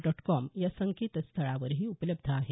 dot com या संकेतस्थळावरही उपलब्ध आहे